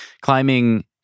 climbing